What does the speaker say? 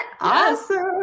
awesome